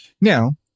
Now